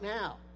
now